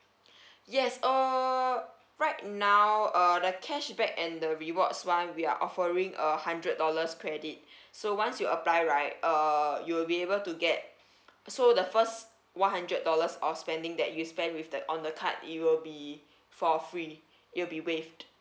yes uh right now uh the cashback and the rewards [one] we are offering a hundred dollars credit so once you apply right uh you'll be able to get so the first one hundred dollars of spending that you spend with the on the card it'll be for free it'll be waived